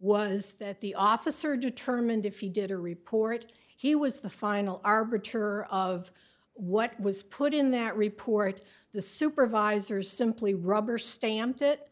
was that the officer determined if you did a report he was the final arbiter of what was put in that report the supervisors simply rubber stamped it